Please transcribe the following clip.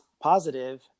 positive